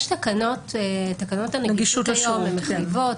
יש תקנות, תקנות הנגישות היום הן מחייבות.